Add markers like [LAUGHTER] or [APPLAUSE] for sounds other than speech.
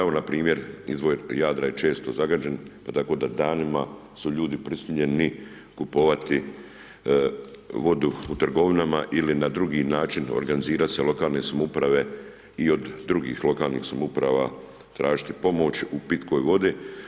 Evo npr. … [UNINTELLIGIBLE] je često zagađen, tako da danima su ljudi prisiljeni kupovati vodu u trgovinama ili na drugi način organizirati se lokalne samouprave i od drugih lokalnih samouprava tražiti pomoć u pitkoj vodi.